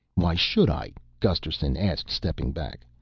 why should i? gusterson asked, stepping back.